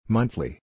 Monthly